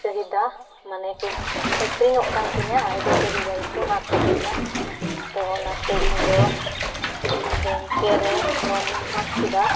ᱪᱟᱹᱦᱤᱫᱟ ᱢᱟᱱᱮᱠᱚ ᱟᱹᱠᱷᱨᱤᱧᱚᱜ ᱠᱟᱱᱛᱤᱧᱟᱹ ᱟᱨ ᱟᱹᱰᱤ ᱪᱟᱹᱦᱤᱫᱟ ᱜᱮᱠᱚ ᱦᱟᱛᱮᱫᱛᱤᱧᱟ ᱛᱚ ᱚᱱᱟᱛᱮ ᱤᱧᱫᱚ ᱵᱮᱝᱠᱮᱨᱮ ᱞᱳᱱᱤᱧ ᱦᱟᱛᱠᱮᱫᱟ